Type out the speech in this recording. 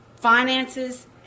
finances